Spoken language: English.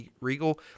Regal